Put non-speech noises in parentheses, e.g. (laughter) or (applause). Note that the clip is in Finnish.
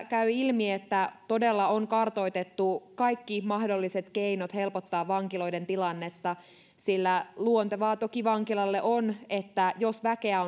(unintelligible) käy ilmi että todella on kartoitettu kaikki mahdolliset keinot helpottaa vankiloiden tilannetta sillä luontevaa toki vankilalle on että jos väkeä (unintelligible)